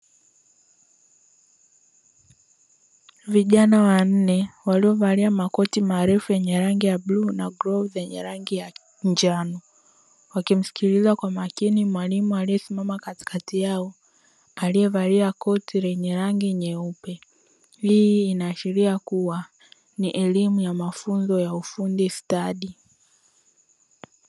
Vijana wanne waliovalia makoti marefu yenye rangi ya bluu na glavu yenye rangi ya njano, wakimsikiliza kwa makini mwalimu aliyesimama katikati yao; aliyevalia koti lenye rangi nyeupe. Hii inaashiria kuwa ni elimu ya mafunzo ya ufundi stadi.